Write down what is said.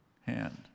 hand